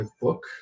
book